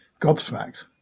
gobsmacked